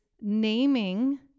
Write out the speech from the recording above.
naming